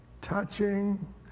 touching